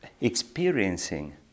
experiencing